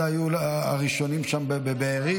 מד"א היו הראשונים שם בבארי.